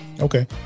okay